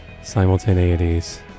simultaneities